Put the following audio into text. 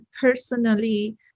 personally